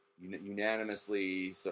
unanimously